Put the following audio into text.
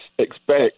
Expect